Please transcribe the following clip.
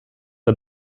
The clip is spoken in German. der